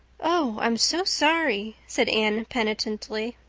oh, i'm so sorry, said anne penitently.